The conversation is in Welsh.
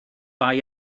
bai